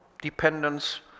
dependence